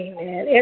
Amen